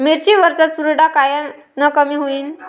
मिरची वरचा चुरडा कायनं कमी होईन?